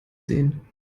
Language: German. sehen